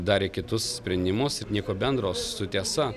darė kitus sprendimus ir nieko bendro su tiesa